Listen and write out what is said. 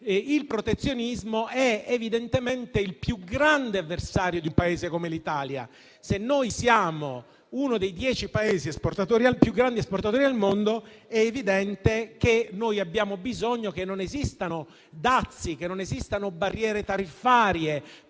il protezionismo è evidentemente il più grande avversario di un Paese come l'Italia. Se noi siamo uno dei dieci più grandi Paesi esportatori al mondo, è evidente che abbiamo bisogno che non esistano dazi e barriere tariffarie,